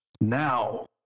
Now